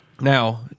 Now